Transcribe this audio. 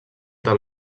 del